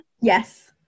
Yes